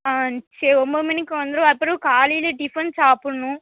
ஆ sir ஒம்பது மணிக்கு வந்துரு அப்புறோம் காலையில டிஃபன் சாப்பிட்ணும்